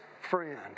friend